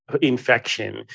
infection